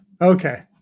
Okay